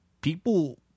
people